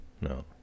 no